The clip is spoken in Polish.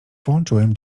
włączyłem